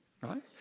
right